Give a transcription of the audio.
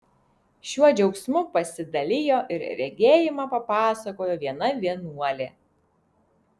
šiuo džiaugsmu pasidalijo ir regėjimą papasakojo viena vienuolė